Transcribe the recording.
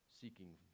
seeking